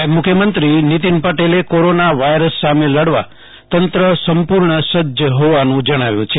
નાયબ મુખ્યમંત્રી નિતિન પટેલે કોરોના વાયરસ સામે લડવા તંત્ર સંપુર્ણ સજજ હોવાનું જણાવ્યુ છે